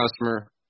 customer